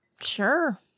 Sure